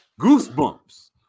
Goosebumps